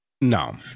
No